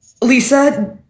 Lisa